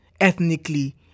ethnically